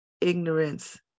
ignorance